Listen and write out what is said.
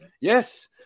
Yes